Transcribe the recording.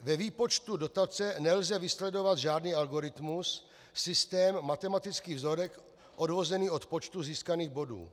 Ve výpočtu dotace nelze vysledovat žádný algoritmus, systém, matematický vzorec odvozený od počtu získaných bodů.